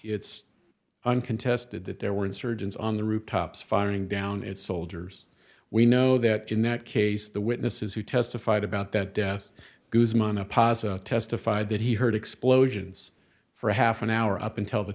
it's uncontested that there were insurgents on the rooftops firing down its soldiers we know that in that case the witnesses who testified about that death guzman apostle testified that he heard explosions for half an hour up until the